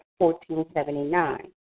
1479